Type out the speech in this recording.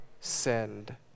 send